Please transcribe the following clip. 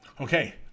Okay